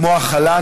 כמו הכלה,